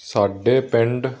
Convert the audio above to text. ਸਾਡੇ ਪਿੰਡ